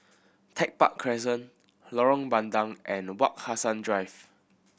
Tech Park Crescent Lorong Bandang and Wak Hassan Drive